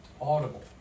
audible